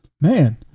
man